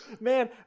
Man